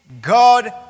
God